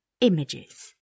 images